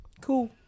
Cool